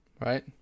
Right